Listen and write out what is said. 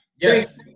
yes